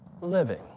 living